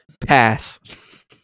Pass